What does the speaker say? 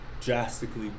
drastically